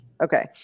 Okay